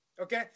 Okay